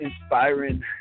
inspiring